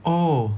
oh